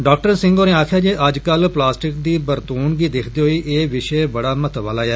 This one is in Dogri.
डाक्टर सिंह होरें आक्खेआ जे अज्जकल प्लास्टिक दी बरतून गी दिक्खदे होई ए विषे बड़ा महत्व आला ऐ